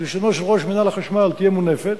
בלשונו של ראש מינהל החשמל, תהיה מונפת,